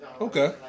Okay